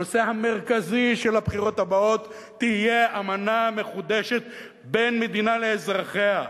הנושא המרכזי של הבחירות הבאות יהיה אמנה מחודשת בין המדינה לאזרחיה,